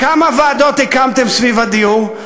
כמה ועדות הקמתם סביב הדיור?